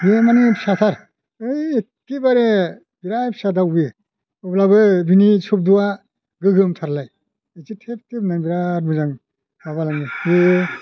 बेयो माने फिसाथार बै एखेबारे बिराद फिसा दाउ बियो अब्लाबो बिनि सब्दआ गोगोमथारलाय एसे थेब थेब होननानै बिराद मोजां माबालाङो बे